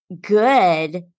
good